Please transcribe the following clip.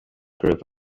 group